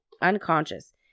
unconscious